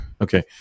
Okay